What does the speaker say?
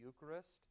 Eucharist